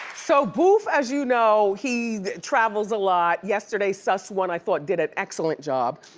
so boof, as you know, he travels a lot. yesterday, suss one i thought did an excellent job.